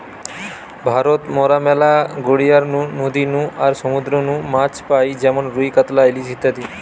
ভারত মরা ম্যালা গড়িয়ার নু, নদী নু আর সমুদ্র নু মাছ পাই যেমন রুই, কাতলা, ইলিশ ইত্যাদি